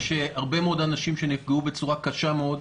יש הרבה מאוד אנשים שנפגעו בצורה קשה מאוד.